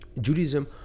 Judaism